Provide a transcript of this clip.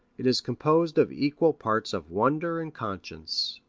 it is composed of equal parts of wonder and conscience.